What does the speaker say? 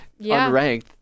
unranked